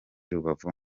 rubavu